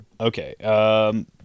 Okay